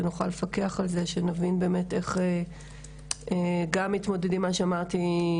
שנוכל לפקח על זה ושנבין באמת איך גם מתמודדים כמו שאמרתי,